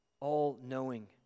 All-knowing